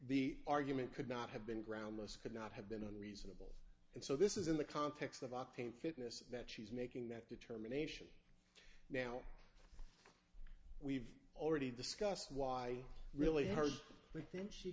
the argument could not have been groundless could not have been reasoned and so this is in the context of octane fitness that she's making that determination now we've already discussed why really her but then she